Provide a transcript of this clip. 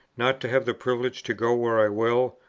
not to have the privilege to go where i will,